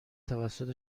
توسط